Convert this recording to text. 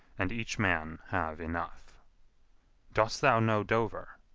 and each man have enough dost thou know dover?